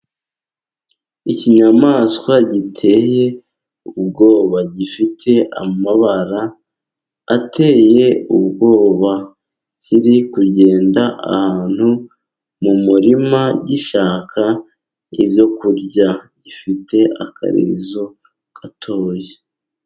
Ikinyamaswa giteye ubwoba, gifite amabara ateye ubwoba, kiri kugenda ahantu mu murima gishaka ibyo kurya, gifite akarizo gatoya.